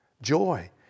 joy